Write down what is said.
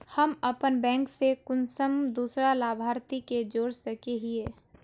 हम अपन बैंक से कुंसम दूसरा लाभारती के जोड़ सके हिय?